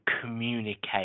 communicate